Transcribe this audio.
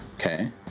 Okay